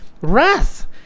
wrath